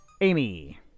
Amy